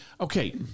Okay